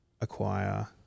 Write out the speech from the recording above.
acquire